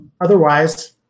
Otherwise